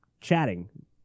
chatting